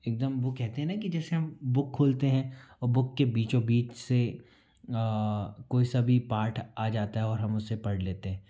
एकदम वो कहते हैं ना जैसे हम बुक खोलते हैं और बुक के बीचो बीच से कोई सा भी पार्ट आ जाता है और हम उसे पढ़ लेते है